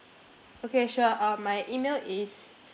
okay sure um my email is